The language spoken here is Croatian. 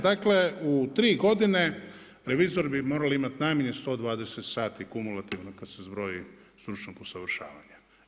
Dakle u tri godine revizori bi morali imati najmanje 120 sati kumulativno kad se zbroji stručnog usavršavanja.